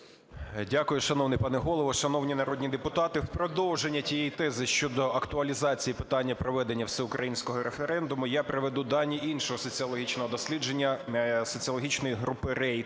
Дякую, шановний пане Голово. Шановні народні депутати, в продовження тієї тези, щодо актуалізації питання проведення всеукраїнського референдуму я приведу дані іншого соціологічного дослідження соціологічної групи